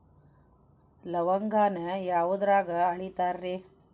ಲವಂಗಾನ ಯಾವುದ್ರಾಗ ಅಳಿತಾರ್ ರೇ?